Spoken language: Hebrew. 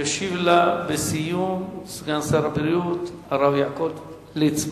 ישיב לה בסיום, סגן שר הבריאות הרב יעקב ליצמן.